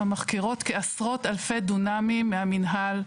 המחכירות כעשרות אלפי דונמים מהמינהל,